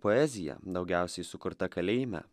poezija daugiausiai sukurta kalėjime